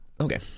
Okay